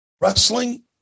Wrestling